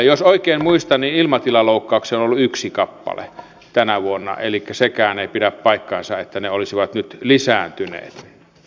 jos oikein muistan niin ilmatilaloukkauksia on ollut yksi kappale tänä vuonna elikkä sekään ei pidä paikkansa että ne olisivat nyt lisääntyneet